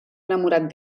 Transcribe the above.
enamorat